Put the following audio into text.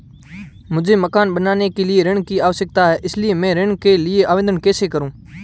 मुझे मकान बनाने के लिए ऋण की आवश्यकता है इसलिए मैं ऋण के लिए आवेदन कैसे करूं?